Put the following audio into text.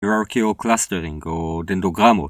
היררכי או קלאסטרינג או דנדוגרמות